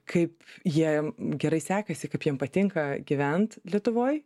kaip jiem gerai sekasi kaip jiem patinka gyvent lietuvoj